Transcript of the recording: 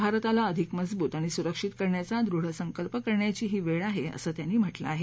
भारताला अधिक मजबूत आणि सुरक्षित करण्याचा दृढ संकल्प करण्याची ही वेळ आहे असं त्यांनी म्हटलं आहे